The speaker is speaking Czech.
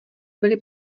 byly